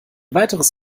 weiteres